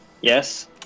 Yes